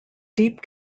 deep